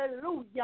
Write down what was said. Hallelujah